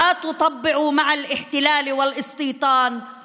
אל תנרמלו את היחסים עם הכיבוש ועם ההתנחלויות